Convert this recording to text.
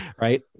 right